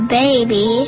baby